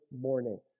morning